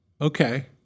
Okay